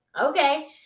okay